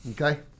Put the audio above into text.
Okay